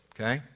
okay